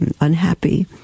unhappy